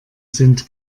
sind